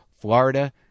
Florida